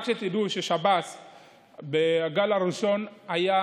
רק שתדעו שבגל הראשון שב"ס היה